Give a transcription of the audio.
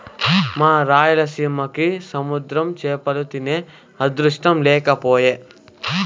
మా రాయలసీమకి సముద్ర చేపలు తినే అదృష్టం లేకపాయె